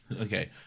Okay